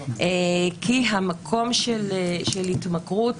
כי המקום של התמכרות,